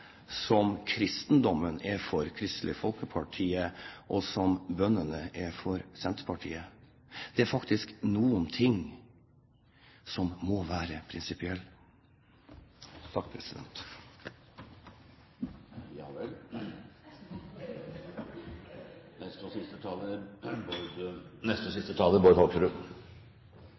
Kristelig Folkeparti og som bøndene er for Senterpartiet. Det er faktisk noen ting som må være prinsipielle. Ja vel. Det kunne et øyeblikk virke som om presidenten ble litt satt ut av bønnerop, bønder og andre ting! Jeg er